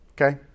Okay